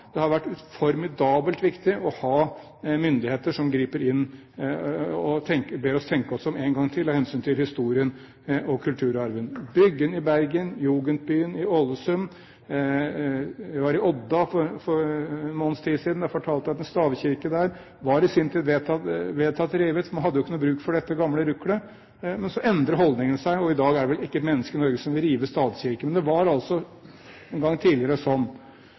å tenke oss om en gang til av hensyn til historien og kulturarven – Bryggen i Bergen, jugendbyen i Ålesund. Jeg var i Odda for en måneds tid siden. Der fortalte de at en stavkirke der var i sin tid vedtatt revet, for man hadde jo ikke noe bruk for dette gamle ruklet. Men så endrer holdningene seg. I dag er det vel ikke et menneske i Norge som vil rive stavkirkene, men det var altså en gang tidligere slik. For å gjøre en lang historie kort: Jeg er forbauset over den kulturløshet og den historieløshet som